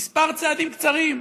כמה צעדים קצרים: